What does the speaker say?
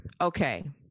Okay